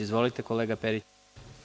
Izvolite, kolega Periću.